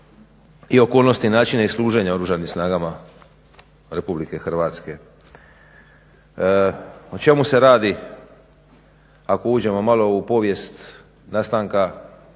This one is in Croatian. i okolnosti načina i služenja Oružanim snagama RH. O čemu se radi ako uđemo malo u povijest nastanka oružanih